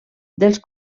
dels